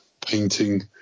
painting